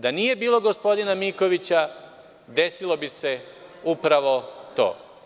Da nije bilo gospodina Mikovića, desilo bi se upravo to.